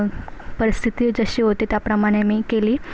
परिस्थिती जशी होती त्याप्रमाणे मी केली